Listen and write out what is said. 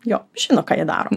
jo žino ką jie daro